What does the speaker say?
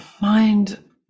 mind